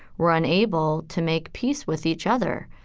were unable to make peace with each other.